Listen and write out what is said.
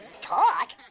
Talk